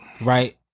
right